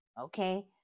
okay